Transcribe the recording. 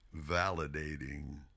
validating